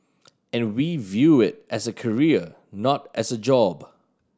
and we view it as a career not as a job